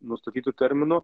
nustatytu terminu